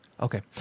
okay